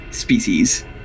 species